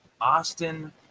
Austin